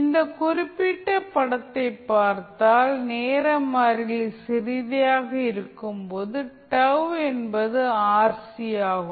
இந்த குறிப்பிட்ட படத்தை பார்த்தால் நேர மாறிலி சிறியதாக இருக்கும்போது τ என்பது ஆர்சி ஆகும்